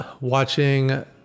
watching